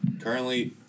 Currently